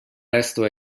resto